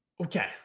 Okay